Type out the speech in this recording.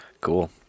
Cool